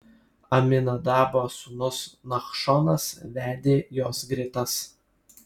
aminadabo sūnus nachšonas vedė jos gretas